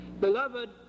Beloved